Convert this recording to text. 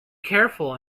careful